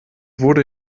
wurde